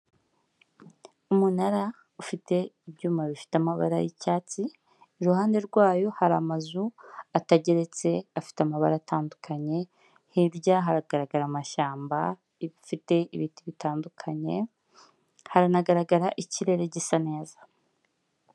Umunara ufite ibyuma bifite amabara y'icyatsi, iruhande rwayo hari amazu atageretse afite amabara atandukanye, hirya hagaragara amashyamba ifite ibiti bitandukanye, haranagaragara ikirere gisa neza.